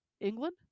England